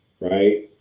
Right